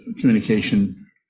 communication